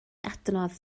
adnodd